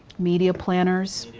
media planners.